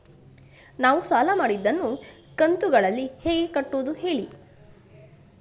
ನಾವು ಸಾಲ ಮಾಡಿದನ್ನು ಕಂತುಗಳಲ್ಲಿ ಹೇಗೆ ಕಟ್ಟುದು ಹೇಳಿ